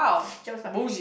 shepard's pie